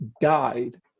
died